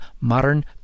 modern